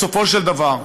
בסופו של דבר.